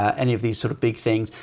any of these sort of big things.